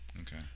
Okay